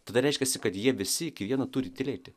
tada reiškiasi kad jie visi iki vieno turi tylėti